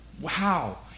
Wow